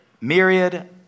myriad